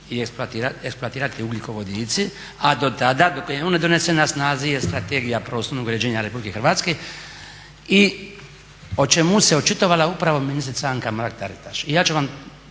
i eksploatirati ugljikovodici a do tada, dok on ne dođe na snagu je strategija prostornog uređenja RH i o čemu se očitovala upravo ministrica Anka Mrak Taritaš. I ja ću vam